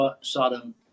Sodom